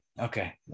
Okay